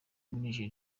muri